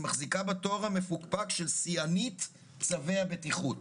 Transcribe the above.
מחזיקה בתואר המפוקפק של שיאנית צווי הבטיחות.